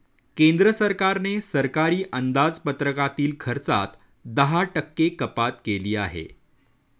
केंद्र सरकारने सरकारी अंदाजपत्रकातील खर्चात दहा टक्के कपात केली आहे